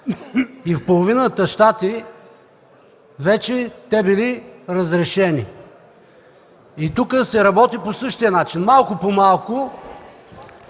и в половината щати вече те били разрешени. И тук се работи по същия начин – малко по малко.